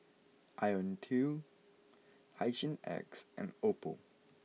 Ionil T Hygin X and Oppo